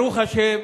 ברוך השם,